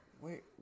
wait